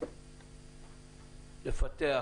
לפתח